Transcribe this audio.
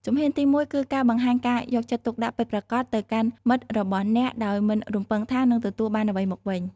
ជំហានទីមួយគឺការបង្ហាញការយកចិត្តទុកដាក់ពិតប្រាកដទៅកាន់មិត្តរបស់អ្នកដោយមិនរំពឹងថានឹងទទួលបានអ្វីមកវិញ។